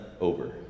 over